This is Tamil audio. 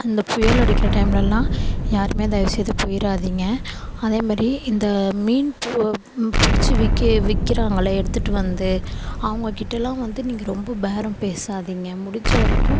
அந்த புயல் அடிக்கிற டைம்லெல்லாம் யாருமே தயவு செய்து போயிடாதீங்க அதேமாதிரி இந்த மீன் பு பிடிச்சி விற்கி விற்கிறாங்களே எடுத்துகிட்டு வந்து அவங்கக் கிட்டேல்லாம் வந்து நீங்கள் ரொம்ப பேரம் பேசாதீங்க முடிஞ்சவரைக்கும்